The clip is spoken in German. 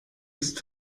ist